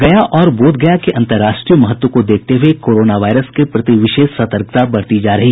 गया और बोथगया के अंतरराष्ट्रीय महत्व को देखते हुए कोरोना वायरस के प्रति विशेष सतर्कता बरती जा रही